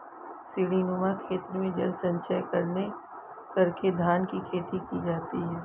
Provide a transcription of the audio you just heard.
सीढ़ीनुमा खेत में जल संचय करके धान की खेती की जाती है